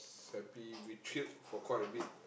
happy we chilled for quite a bit